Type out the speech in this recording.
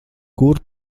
kur